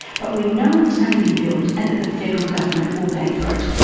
but we know it's going to be built and that the federal government will pay for it.